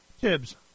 Tibbs